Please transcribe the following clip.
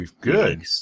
good